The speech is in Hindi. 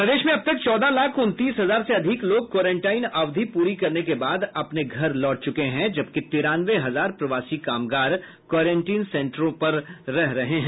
प्रदेश में अब तक चौदह लाख उनतीस हजार से अधिक लोग क्वारेंटाईन अवधि पूरी करने के बाद अपने घर लौट चुके हैं जबकि तिरानवे हजार प्रवासी कामगार क्वारेंटीन सेंटरों पर रह रहे हैं